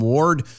Ward